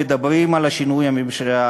אנחנו מדברים על שינוי המשטר,